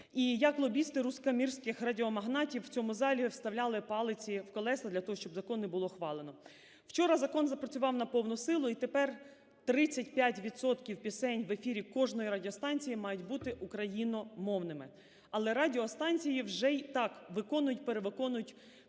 і як лобісти руськомірських радіомагнатів в цьому залі вставляли палиці в колеса для того, щоб закон не було ухвалено. Вчора закон запрацював на повну силу. І тепер 35 відсотків пісень в ефірі кожної радіостанції мають бути україномовними. Але радіостанції вже й так виконують, перевиконують